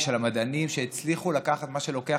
היא של המדענים שהצליחו לקחת מה שלוקח